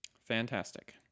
Fantastic